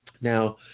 Now